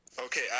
Okay